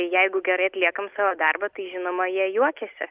jeigu gerai atliekam savo darbą tai žinoma jie juokiasi